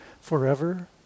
forever